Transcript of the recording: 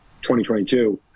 2022